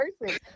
person